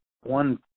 one